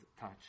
touch